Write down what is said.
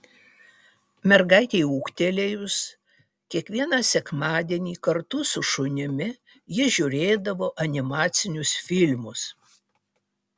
mergaitei ūgtelėjus kiekvieną sekmadienį kartu su šunimi ji žiūrėdavo animacinius filmus